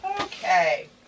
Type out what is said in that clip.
okay